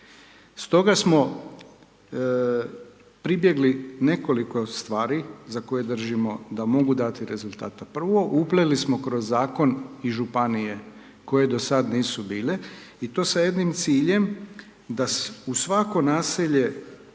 Stoga smo pribjegli nekoliko stvari za koje držimo da mogu dati rezultata. Prvo, upleli smo kroz Zakon i županije koje do sad nisu bile i to sa jednim ciljem da u svako naselje